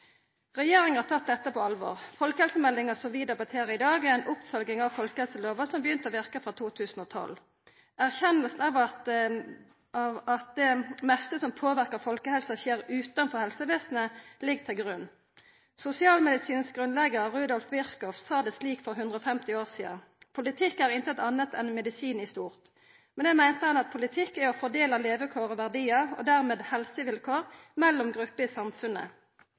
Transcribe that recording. Regjeringa har tatt dette på alvor. Folkehelsemeldinga som vi debatterer i dag, er ei oppfølging av folkehelselova som begynte å verka i 2012. Erkjenninga av at det meste som påverkar folkehelsa, skjer utanfor helsevesenet, ligg til grunn. Sosialmedisinsk grunnleggjar Rudolf Virchow sa det slik for 150 år sidan: «Politikk er intet annet enn medisin i stort.» Med det meinte han at politikk er å fordela levekår og verdiar, og dermed helsevilkår, mellom grupper i samfunnet.